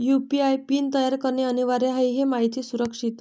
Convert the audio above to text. UPI PIN तयार करणे अनिवार्य आहे हे माहिती सुरक्षित